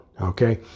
okay